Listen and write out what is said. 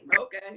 Okay